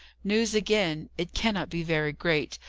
news again! it cannot be very great,